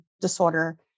disorder